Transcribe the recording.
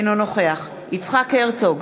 אינו נוכח יצחק הרצוג,